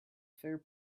fair